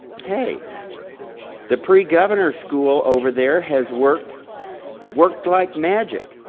hey the pre-governor's school over there has worked worked like magic.